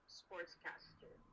sportscaster